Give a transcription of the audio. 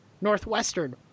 Northwestern